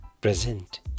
present